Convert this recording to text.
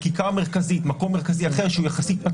לא, לא.